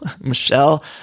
Michelle